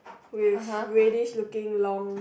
with reddish looking long